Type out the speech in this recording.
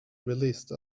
released